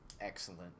Excellent